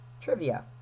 Trivia